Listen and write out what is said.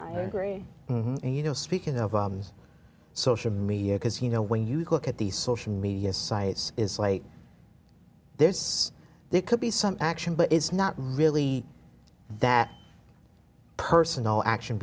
i agree and you know speaking of all these social media because you know when you look at these social media sites is like there's there could be some action but it's not really that personal action